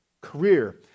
career